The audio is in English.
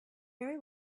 very